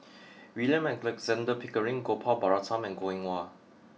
William Alexander Pickering Gopal Baratham and Goh Eng Wah